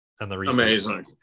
amazing